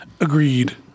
Agreed